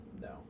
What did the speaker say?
No